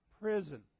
prison